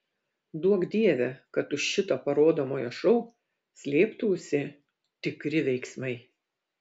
duok dieve kad už šito parodomojo šou slėptųsi tikri veiksmai